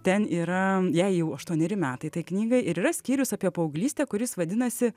ten yra jai jau aštuoneri metai tai knygai ir yra skyrius apie paauglystę kuris vadinasi